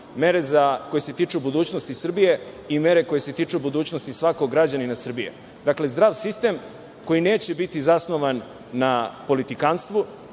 mere koje se tiču budućnosti Srbije i mere koje se tiču budućnosti svakog građanina Srbije. Dakle, zdrav sistem koji neće biti zasnovan na politikanstvu.